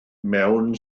mewn